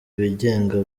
abigenga